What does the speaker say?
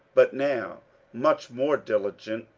but now much more diligent,